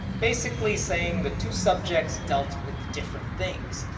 basically saying the two subjects dealt with different things.